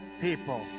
people